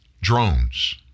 drones